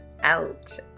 out